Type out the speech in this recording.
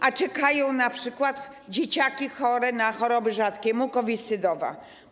A czekają np. dzieciaki chore na choroby rzadkie, mukowiscydozę.